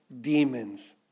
demons